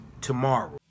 tomorrow